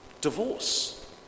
divorce